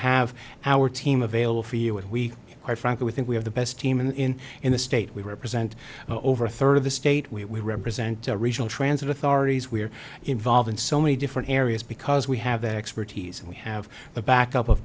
have our team available for you and we are frankly we think we have the best team in in the state we represent over a third of the state we represent a regional transit authorities we're involved in so many different areas because we have the expertise and we have the backup of